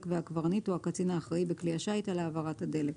והקברניט או הקצין האחראי בכלי השיט על העברת הדלק.